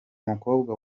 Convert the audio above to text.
mukobwa